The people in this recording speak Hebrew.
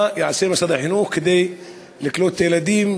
מה יעשה משרד החינוך כדי לקלוט ילדים